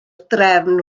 drefn